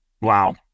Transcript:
Wow